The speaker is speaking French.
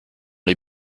les